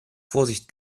vorsicht